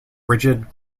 rigid